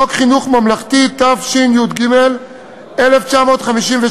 לחוק חינוך ממלכתי, התשי"ג 1953,